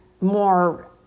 more